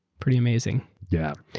pretty amazing. yeah.